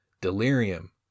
delirium